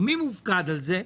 מי מופקד על זה?